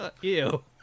Ew